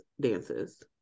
dances